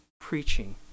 preaching